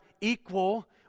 equal